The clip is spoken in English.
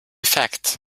fact